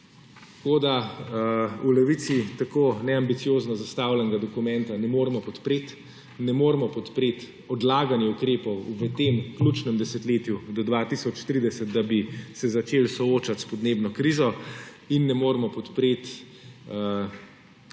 Tako v Levici tako neambiciozno zastavljenega dokumenta ne moremo podpreti, ne moremo podpreti odlaganje ukrepov v tem ključnem desetletju do 2030, da bi se začeli soočati s podnebno krizo, in ne moremo podpreti mindseta,